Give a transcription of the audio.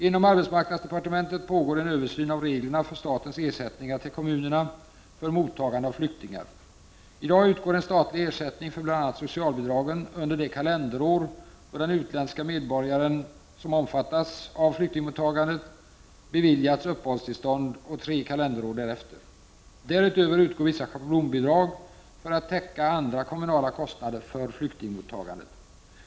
Inom arbetsmarknadsdepartementet pågår en översyn av reglerna för statens ersättningar till kommunerna för mottagande av flyktingar. I dag utgår statlig ersättning för bl.a. socialbidragen under det kalenderår då den utländska medborgare som omfattas av flyktingmottagandet beviljats uppehållstillstånd och tre kalenderår därefter. Därutöver utgår vissa schablonbidrag för att täcka andra kommunala kostnader för flyktingmottagandet.